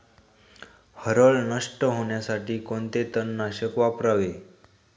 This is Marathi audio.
हरळ नष्ट होण्यासाठी कोणते तणनाशक वापरावे?